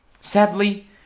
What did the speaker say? Sadly